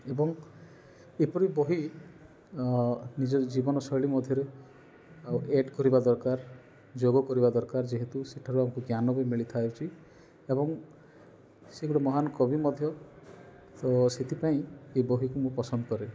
ଏବଂ ଏପରି ବହି ନିଜର ଜୀବନଶୈଳୀ ମଧ୍ୟରେ ଏଡ଼୍ କରିବା ଦରକାର ଯୋଗ କରିବା ଦରକାର ଯେହେତୁ ସେଠାରୁ ଜ୍ଞାନ ବି ମିଳିଥାଉଛି ଏବଂ ସେ ଗୋଟେ ମହାନ୍ କବି ମଧ୍ୟ ତ ସେଥିପାଇଁ ଏ ବହିକୁ ମୁଁ ପସନ୍ଦ କରେ